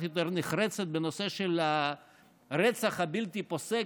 יותר נחרצת בנושא של הרצח הבלתי-פוסק,